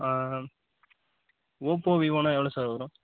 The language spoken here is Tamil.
ஆ ஆ ஓப்போ வீவோன்னா எவ்வளோ சார் வரும்